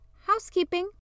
housekeeping